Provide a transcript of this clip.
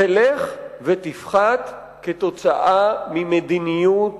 תלך ותפחת בגלל מדיניות